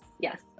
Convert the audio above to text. Yes